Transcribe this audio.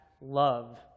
love